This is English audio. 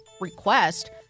request